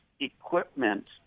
equipment